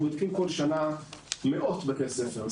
אנחנו בודקים כל שנה מאות בתי ספר,